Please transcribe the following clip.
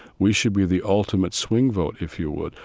we should be the ultimate swing vote, if you would,